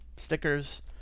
stickers